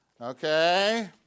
okay